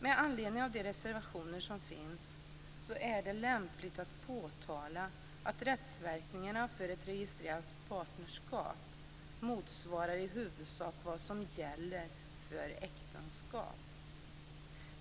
Med anledning av de reservationer som finns är det lämpligt att påpeka att rättsverkningarna för ett registrerat partnerskap i huvudsak motsvarar vad som gäller för äktenskap.